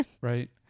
Right